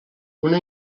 una